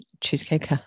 cheesecake